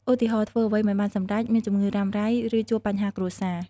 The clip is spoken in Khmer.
ឧទាហរណ៍ ធ្វើអ្វីមិនបានសម្រេច មានជំងឺរ៉ាំរ៉ៃ ឬជួបបញ្ហាគ្រួសារ។